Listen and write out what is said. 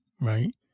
right